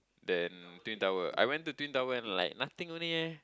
than twin tower I went to twin tower and like nothing only eh